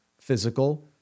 physical